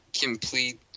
complete